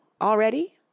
Already